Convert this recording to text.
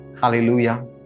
Hallelujah